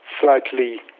slightly